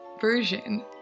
version